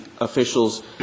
officials